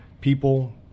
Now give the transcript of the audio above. people